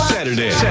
Saturday